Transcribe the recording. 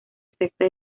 exacta